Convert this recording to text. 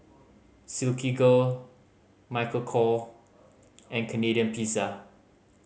Silkygirl Michael Kor and Canadian Pizza